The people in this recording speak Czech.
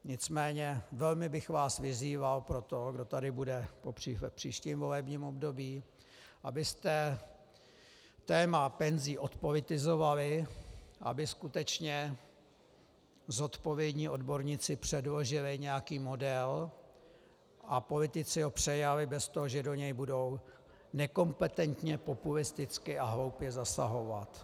Nicméně velmi bych vás vyzýval pro toho, kdo tady bude v příštím volebním období, abyste téma penzí odpolitizovali, aby skutečně zodpovědní odborníci předložili nějaký model a politici ho přejali bez toho, že do něj budou nekompetentně populisticky a hloupě zasahovat.